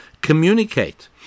Communicate